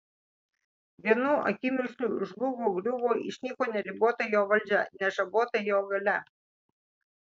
vienu akimirksniu žlugo griuvo išnyko neribota jo valdžia nežabota jo galia